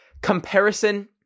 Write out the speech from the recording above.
comparison